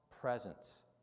presence